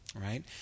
right